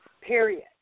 period